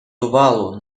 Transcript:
тувалу